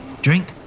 Drink